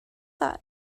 that